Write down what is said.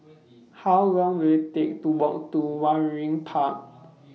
How Long Will IT Take to Walk to Waringin Park